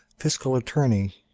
fiscal attorney